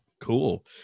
cool